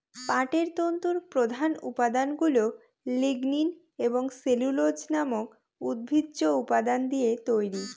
পাটের তন্তুর প্রধান উপাদানগুলা লিগনিন এবং সেলুলোজ নামক উদ্ভিজ্জ উপাদান দিয়ে তৈরি